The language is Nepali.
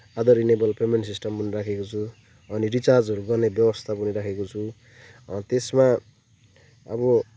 आधार इनेबल्ड पेमेन्ट सिस्टम पनि राखेको छु अनि रिचार्जहरू गर्ने व्यवस्था पनि राखेको छु त्यसमा अब